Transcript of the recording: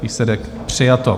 Výsledek: přijato.